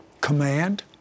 Command